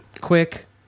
quick